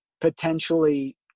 potentially